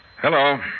Hello